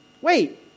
wait